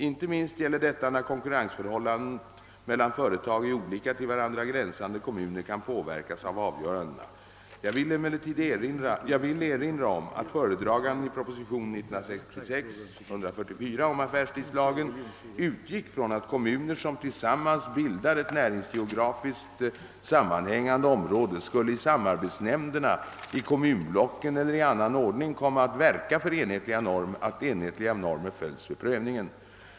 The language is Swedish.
Inte minst gäller detta när konkurrensförhållandet mellan företag i olika till varandra gränsande kommuner kan påverkas av avgörandena. Jag vill erinra om att föredraganden i propositionen 1966:144 om affärstidslagen utgick från att kommuner, som tillsammans bildar ett näringsgeografiskt sammanhängande område, skulle i samarbetsnämnderna i kommunblocken eller i annan ordning komma att verka för att enhetliga normer följs vid prövningen.